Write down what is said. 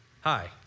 Hi